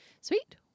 Sweet